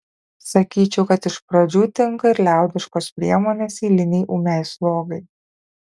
sakyčiau kad iš pradžių tinka ir liaudiškos priemonės eilinei ūmiai slogai